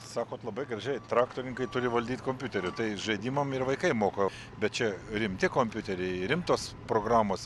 sakot labai gražiai traktorininkai turi valdyt kompiuterį tai žaidimam ir vaikai moka bet čia rimti kompiuteriai rimtos programos